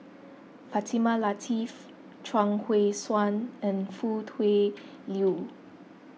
Fatimah Lateef Chuang Hui Tsuan and Foo Tui Liew